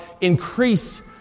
increase